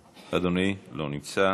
אדוני, לא נמצא,